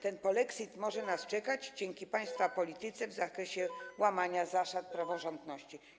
Ten polexit może nas czekać dzięki państwa polityce w zakresie łamania zasad praworządności.